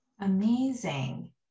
amazing